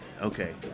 okay